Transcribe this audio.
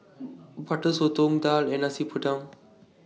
Butter Sotong Daal and Nasi Padang